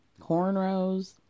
cornrows